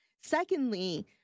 secondly